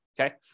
Okay